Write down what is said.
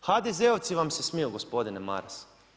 HDZ-ovci vam se smiju gospodine Maras.